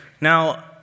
Now